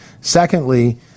Secondly